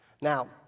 Now